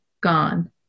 gone